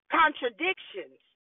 contradictions